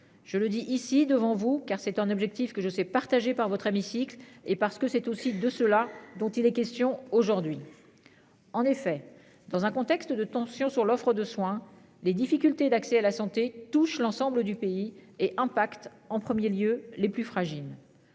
Je le dis ici devant vous, car c'est un objectif que je sais partagée par votre hémicycle et parce que c'est aussi de cela dont il est question aujourd'hui. En effet dans un contexte de tensions sur l'offre de soins. Les difficultés d'accès à la santé, touche l'ensemble du pays et un pacte en 1er lieu les plus fragiles.